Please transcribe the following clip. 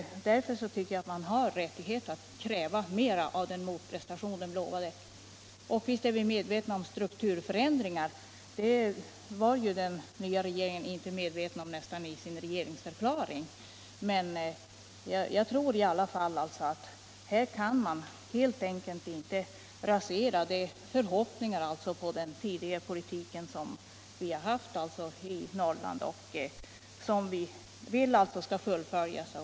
Därför har vi rätt att kräva att företaget gör den motprestation man lovade. Visst är vi medvetna om strukturförändringarna. Det var däremot knappast den nya regeringen i sin regeringsförklaring. Man kan helt enkelt inte rasera de förhoppningar som väckts av den politik som tidigare förts i Norrland och som vi vill skall fullföljas.